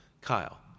Kyle